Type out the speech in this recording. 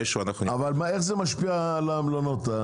איך זה משפיע על המלונות?